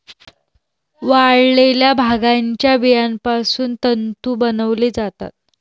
वाळलेल्या भांगाच्या बियापासून तंतू बनवले जातात